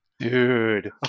Dude